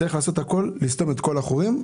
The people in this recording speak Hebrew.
וצריך לעשות הכול כדי לסתום את כל החורים.